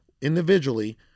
individually